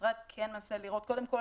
המשרד כן מנסה לראות קודם כל